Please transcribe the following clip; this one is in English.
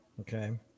Okay